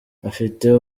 abafite